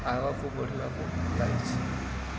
ଆଗକୁ ବଢ଼ିବାକୁ ଯାଇଛି